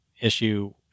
issue